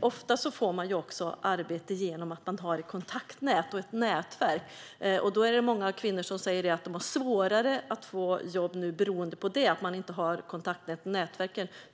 Ofta får människor arbete genom att de har ett kontaktnät och nätverk. Det är många kvinnor som säger att de har svårare att få jobb beroende på att de inte har ett kontaktnät och nätverk.